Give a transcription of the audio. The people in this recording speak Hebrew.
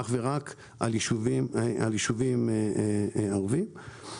אך ורק בישובים ערביים.